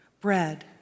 bread